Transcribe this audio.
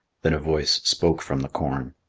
then a voice spoke from the corn.